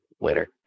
later